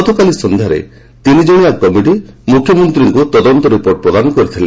ଗତକାଲି ସନ୍ଧ୍ୟାରେ ତିନିଜଣିଆ କମିଟି ମୁଖ୍ୟମନ୍ତ୍ରୀଙ୍କୁ ତଦନ୍ତ ରିପୋର୍ଟ ପ୍ରଦାନ କରିଥିଲେ